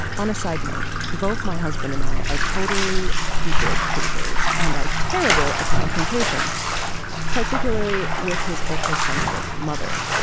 on a side note both my husband and i are totally people pleasers and are terrible at confrontation particularly with his ultra sensitive mother